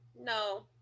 No